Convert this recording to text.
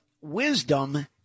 wisdom